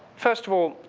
first of all,